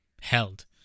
held